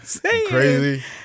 Crazy